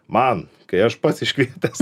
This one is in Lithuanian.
man kai aš pats iškvietęs